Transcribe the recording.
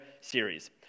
series